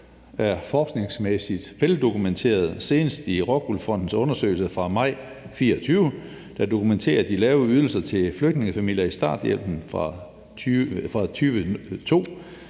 er forskningsmæssigt veldokumenterede, senest i ROCKWOOL Fondens undersøgelse fra maj 2024, der dokumenterer, at de lave ydelser til flygtningefamilier i starthjælpen fra 2002